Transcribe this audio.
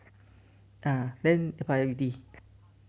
ah then can buy already